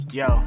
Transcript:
yo